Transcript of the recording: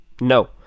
No